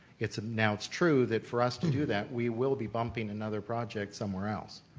it's now it's true that for us to do that, we will be bumping another project somewhere else,